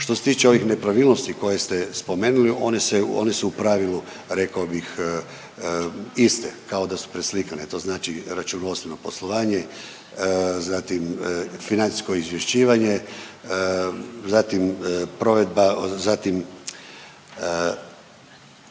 Što se tiče ovih nepravilnosti koje ste spomenuli, one se, one su u pravilu, rekao bih iste, kao da su preslikane, to znači računovodstveno poslovanje, zatim financijsko izvješćivanje, zatim provedba, zatim